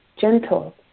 gentle